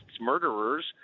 murderers